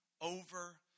over